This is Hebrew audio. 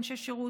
אנשי שירות,